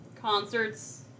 concerts